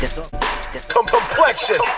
Complexion